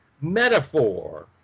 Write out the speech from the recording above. metaphor